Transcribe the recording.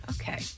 Okay